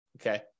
Okay